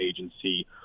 agency